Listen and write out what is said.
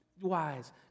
wise